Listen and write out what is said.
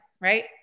right